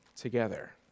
together